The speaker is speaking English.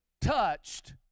touched